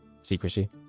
secrecy